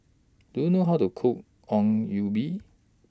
Do YOU know How to Cook Ongol Ubi